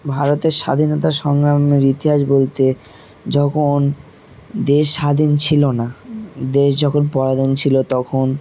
ভারতের স্বাধীনতা সংগ্রামের ইতিহাস বলতে যখন দেশ স্বাধীন ছিল না দেশ যখন পরাধীন ছিল তখন